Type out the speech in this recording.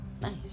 Nice